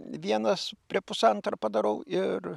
vienas prie pusantro padarau ir